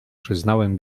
przyznałem